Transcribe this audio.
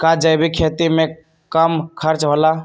का जैविक खेती में कम खर्च होला?